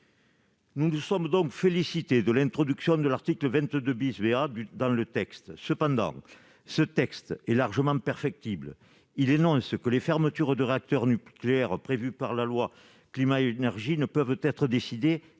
Nous nous sommes donc félicités de l'introduction de l'article 22 BA. Néanmoins, le texte est largement perfectible. Il énonce que les fermetures de réacteurs nucléaires prévues par la loi Énergie-climat ne peuvent être décidées